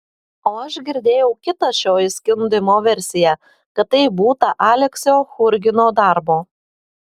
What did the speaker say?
o aš girdėjau kitą šio įskundimo versiją kad tai būta aleksio churgino darbo